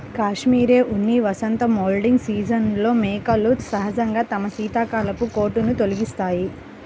cashmere ఉన్ని వసంత moulting సీజన్లో మేకలు సహజంగా తమ శీతాకాలపు కోటును తొలగిస్తాయి